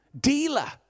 dealer